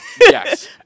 Yes